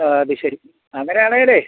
അത് ശരി അങ്ങനെ ആണേൽ